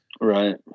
Right